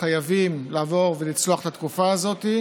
לחייבים לעבור ולצלוח את התקופה הזאת,